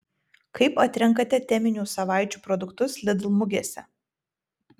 kaip atrenkate teminių savaičių produktus lidl mugėse